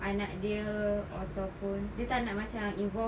anak dia ataupun dia tak nak macam involve